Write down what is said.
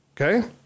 Okay